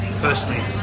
personally